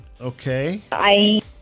Okay